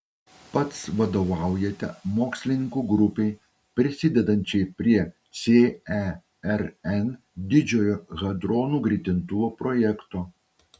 pats vadovaujate mokslininkų grupei prisidedančiai prie cern didžiojo hadronų greitintuvo projekto